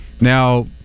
Now